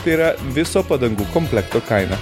tai yra viso padangų komplekto kaina